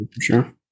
Sure